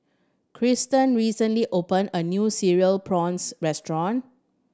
Triston recently opened a new Cereal Prawns restaurant